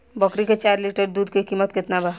बकरी के चार लीटर दुध के किमत केतना बा?